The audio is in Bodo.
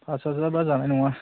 फास हाजारबा जानाय नङा